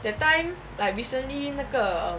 that time like recently 那个 um